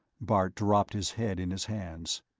bart dropped his head in his hands.